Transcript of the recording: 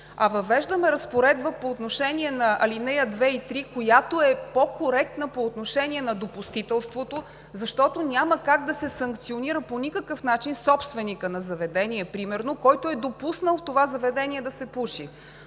Въвеждаме разпоредба на ал. 2 и 3, която е по-коректна по отношение на допустителството, защото няма как да се санкционира по никакъв начин собственикът на заведение примерно, който е допуснал в това заведение да се пуши.